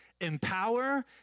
empower